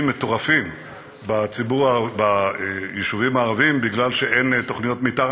מטורפים ביישובים הערביים כי אין תוכניות מתאר.